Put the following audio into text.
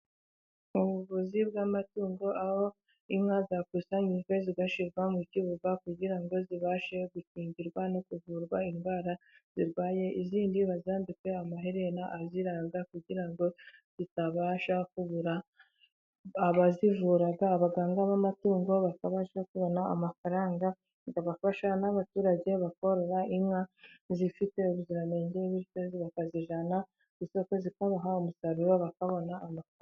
Ubuvuzi bw'amatungo aho inka zakusanijwe zigashyirwa mu kibuga, kugira ngo zibashe gukingirwa no kuvurwa indwara zirwaye, izindi bazambike amaherena aziranga kugira ngo zitabasha kubura abazivura, abaganga b'amatungo bakabasha kubona amafaranga bagafasha n'abaturage, bakorora inka zifite ubuziranenge bityo bakazijyana ku isoko zikabaha umusaruro, bakabona amafaranga.